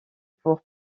pour